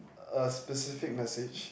a specific message